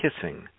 kissing